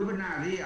לו בנהריה